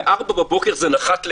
ב-04:00 בבוקר זה נחת לפה.